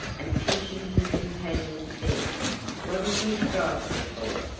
and pinching his companion said what did you strike me for?